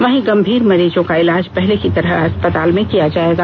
वहीं गंभीर मरीजों का इलाज पहले की तरह अस्पतालों में किया जाएगा